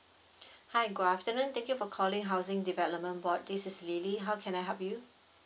hi good afternoon thank you for calling housing development board this is lily how can I help you